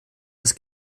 des